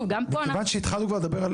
גם פה- -- מכיוון שהתחלנו איך שהוא לדבר על